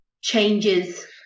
changes